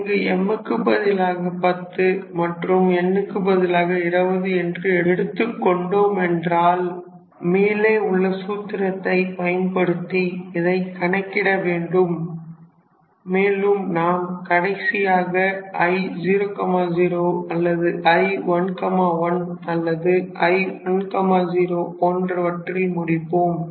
இங்கு m க்கு பதிலாக 10 மற்றும் n க்கு பதிலாக 20 என்று எடுத்துக் கொண்டோம் என்றால் மேலே உள்ள சூத்திரத்தை பயன்படுத்தி இதை கணக்கிடவேண்டும் மேலும் நாம் கடைசியாக I0 0 அல்லது I1 1 அல்லது I1 0 போன்றவற்றில் முடிப்போம்